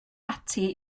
ati